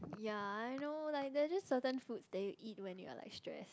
ya I know like there just certain food that you eat when you are like stress